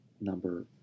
number